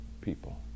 people